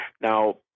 Now